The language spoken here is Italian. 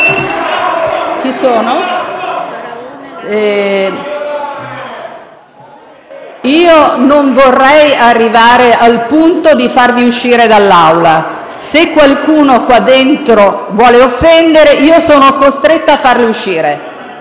Colleghi, non vorrei arrivare al punto di farvi uscire dall'Aula. Se qualcuno qua dentro vuole offendere, sarò costretta a farlo uscire.